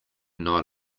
not